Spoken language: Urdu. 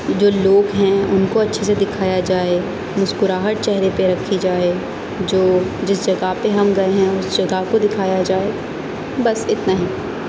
جو لوگ ہیں ان کو اچھے سے دکھایا جائے مسکراہٹ چہرے پہ رکھی جائے جو جس جگہ پہ ہم گٮٔے ہیں اس جگہ کو دکھایا جائے بس اتنا ہی